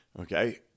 Okay